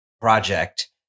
project